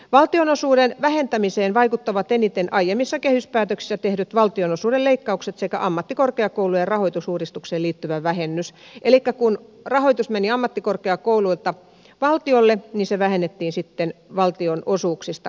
valtionosuuden vähentämiseen vaikuttavat eniten aiemmissa kehyspäätöksissä tehdyt valtionosuuden leikkaukset se kä ammattikorkeakoulujen rahoitusuudistukseen liittyvä vähennys elikkä kun rahoitus meni ammattikorkeakouluilta valtiolle niin se vähennettiin sitten valtionosuuksista kunnilta